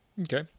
Okay